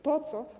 Po co?